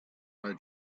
are